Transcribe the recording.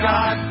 God